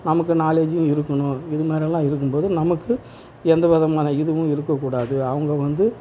நமக்கு நாலேஜி இருக்கணும் இது மாதிரி எல்லாம் இருக்கும் போது நமக்கு எந்த விதமான இதுவும் இருக்கக்கூடாது அவங்க வந்து